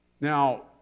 Now